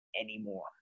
anymore